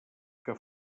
que